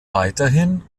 weiterhin